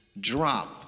drop